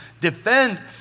defend